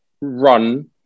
run